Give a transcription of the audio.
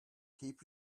keep